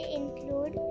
include